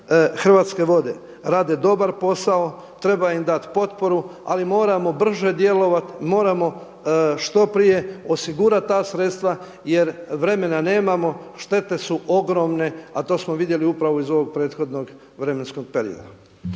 Hrvatske vode rade dobar posao, treba im dati potporu ali moramo brže djelovati, moramo što prije osigurati ta sredstva jer vremena nemamo. Šteta su ogromne, a to smo vidjeli upravo iz ovog prethodnog vremenskog perioda.